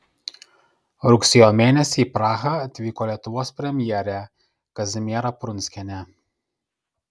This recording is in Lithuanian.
rugsėjo mėnesį į prahą atvyko lietuvos premjerė kazimiera prunskienė